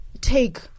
take